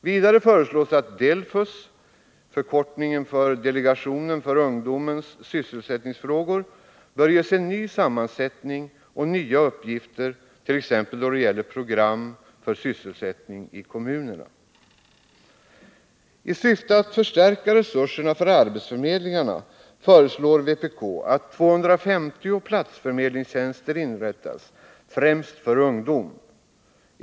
Vidare föreslås att DELFUS — delegationen för ungdomens sysselsättningsfrågor — bör ges en ny sammansättning och nya uppgifter, t.ex. då det gäller program för sysselsättningen i kommunerna. C I syfte att förstärka resurserna för arbetsförmedlingarna föreslår vpk att "250 platsförmedlingstjänster inrättas, främst för ungdom.